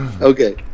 Okay